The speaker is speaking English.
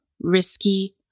risky